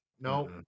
No